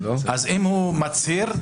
אם הוא מצהיר,